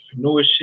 entrepreneurship